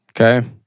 Okay